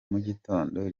mugitondo